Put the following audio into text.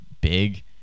big